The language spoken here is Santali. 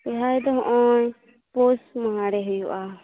ᱥᱚᱨᱦᱟᱭ ᱫᱚ ᱦᱚᱜᱼᱚᱭ ᱯᱳᱥ ᱢᱟᱦᱟᱨᱮ ᱦᱩᱭᱩᱜᱼᱟ